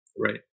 Right